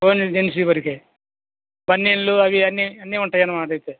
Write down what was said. only జెంట్స్వి వరకే బనీన్లు అవి అన్నీ అన్నీ ఉంటాయి అన్నమాట అయితే